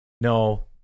No